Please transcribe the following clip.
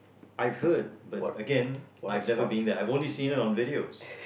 I've heard but Again I've never been there I've only seen it on videos